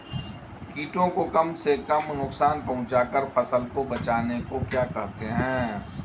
कीटों को कम से कम नुकसान पहुंचा कर फसल को बचाने को क्या कहते हैं?